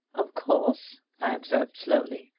of course, i observed slowly,